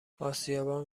آسیابان